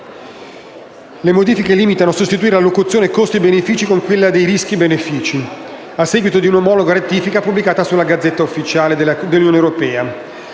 Le modifiche si limitano a sostituire la locuzione «costi/benefìci» con quella di «rischi/benefìci», a seguito di un'omologa rettifica, pubblicata sulla Gazzetta ufficiale dell'Unione europea.